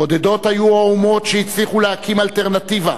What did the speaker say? בודדות היו האומות שהצליחו להקים אלטרנטיבה